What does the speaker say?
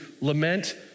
lament